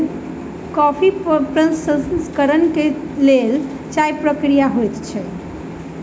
coffee प्रसंस्करण के लेल चाइर प्रक्रिया होइत अछि